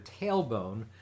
tailbone